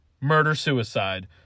murder-suicide